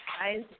guys